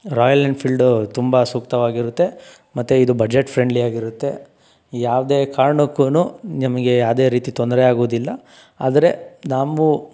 royal Enfield ತುಂಬ ಸೂಕ್ತವಾಗಿರುತ್ತೆ ಮತ್ತು ಇದು ಬಜೆಟ್ ಫ್ರೆಂಡ್ಲಿ ಆಗಿರುತ್ತೆ ಯಾವುದೇ ಕಾರ್ಣಕ್ಕೂ ನಿಮಗೆ ಯಾವ್ದೇ ರೀತಿ ತೊಂದರೆ ಆಗೋದಿಲ್ಲ ಆದರೆ ನಂಬು